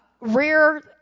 rare